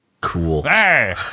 Cool